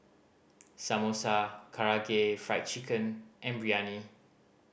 Samosa Karaage Fried Chicken and Biryani